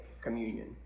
communion